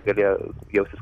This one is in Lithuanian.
galėjo jaustis